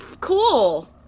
cool